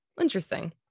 Interesting